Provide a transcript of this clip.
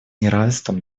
неравенством